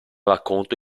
racconto